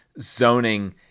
zoning